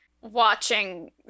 watching